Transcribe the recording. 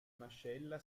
mascella